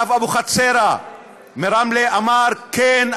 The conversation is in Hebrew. הרב אבוחצירא מרמלה אמר: כן,